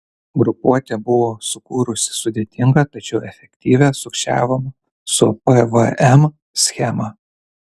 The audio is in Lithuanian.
grupuotė buvo sukūrusi sudėtingą tačiau efektyvią sukčiavimo su pvm schemą